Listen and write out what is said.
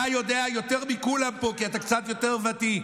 אתה יודע יותר מכולם פה, כי אתה קצת יותר ותיק,